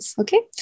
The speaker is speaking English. okay